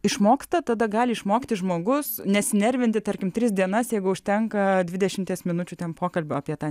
išmoktą tada gali išmokti žmogus nesinervinti tarkim tris dienas jeigu užtenka dvidešimties minučių ten pokalbio apie tą